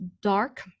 dark